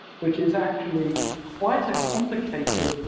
which is actually quite a complicated